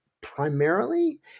primarily